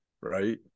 right